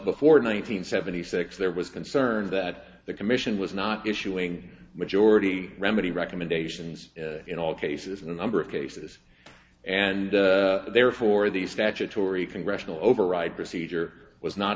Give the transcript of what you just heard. before nine hundred seventy six there was concern that the commission was not issuing a majority remedy recommendations in all cases in a number of cases and therefore the statutory congressional override procedure was not